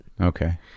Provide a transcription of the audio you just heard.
Okay